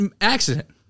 accident